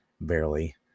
barely